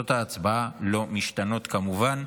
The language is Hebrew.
תוצאות ההצבעה לא משתנות, כמובן.